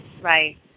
Right